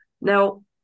Now